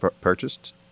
purchased